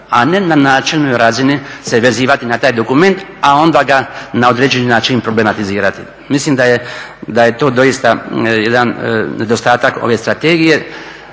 a ne na načelnoj razini se vezivati na taj dokument, a onda ga na određeni način problematizirati. Mislim da je to doista jedan nedostatak ove strategije,